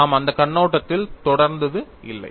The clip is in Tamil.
நாம் அந்த கண்ணோட்டத்தில் தொடர்ந்தது இல்லை